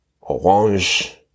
orange